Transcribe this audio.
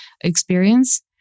experience